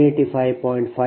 58 2 4